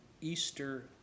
Easter